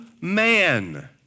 man